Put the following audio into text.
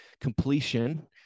completion